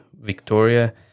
Victoria